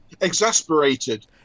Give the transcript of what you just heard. Exasperated